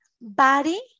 body